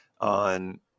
on